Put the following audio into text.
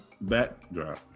backdrop